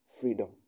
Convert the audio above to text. freedom